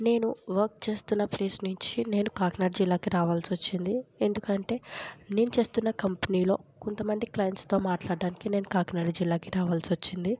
నేను వర్క్ చేస్తున్న ప్లేస్ నుంచి నేను కాకినాడకి రావాల్సి వచ్చింది ఎందుకంటే నేను చేస్తున్న కంపెనీలో కొంతమంది క్లయింట్స్తో మాట్లాడానికి కాకినాడ జిల్లాకి రావాల్సి వచ్చింది